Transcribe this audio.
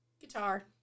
Guitar